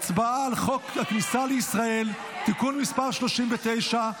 ההצבעה על חוק הכניסה לישראל (תיקון מס' 39),